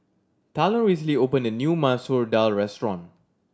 Talon recently opened a new Masoor Dal restaurant